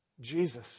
Jesus